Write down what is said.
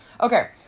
Okay